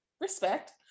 respect